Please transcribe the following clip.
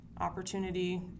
opportunity